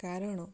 କାରଣ